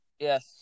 Yes